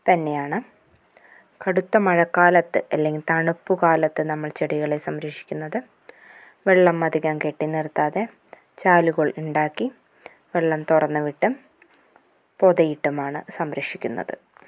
തന്നെയാണ് കടുത്ത മഴക്കാലത്ത് അല്ലെങ്കിൽ തണുപ്പുകാലത്ത് നമ്മൾ ചെടികളെ സംരക്ഷിക്കുന്നത് വെള്ളം അധികം കെട്ടിനിർത്താതെ ചാലുകൾ ഉണ്ടാക്കി വെള്ളം തുറന്നുവിട്ടും പൊതിയിട്ടുമാണ് സംരക്ഷിക്കുന്നത്